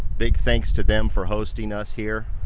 big thanks to them for hosting us here.